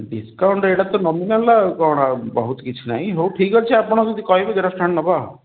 discount ଏଇଟା ତ nominal ଆଉ କ'ଣ ଆଉ ବହୁତ କିଛି ନାଇଁ ହଉ ଠିକ୍ ଅଛି ଆପଣ ଯଦି କହିବେ ଦେଢ଼ ଶହ ଟଙ୍କାଟେ ନେବା ଆଉ